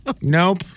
Nope